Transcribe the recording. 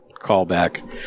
Callback